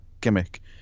gimmick